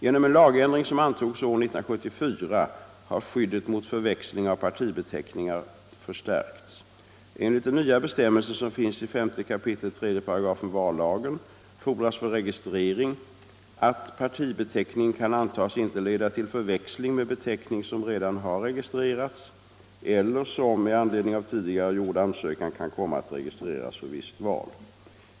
Genom en lagändring som antogs år 1974 har skyddet mot förväxling av partibeteckningar förstärkts. Enligt den nya bestämmelsen, som finns i 5 kap. 3§ vallagen, fordras för registrering att partibeteckningen kan antas inte leda till förväxling med beteckning som redan har registrerats eller som, med anledning av tidigare gjord ansökan, kan komma att registreras för visst val.